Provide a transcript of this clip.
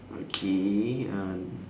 okay uh